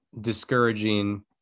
discouraging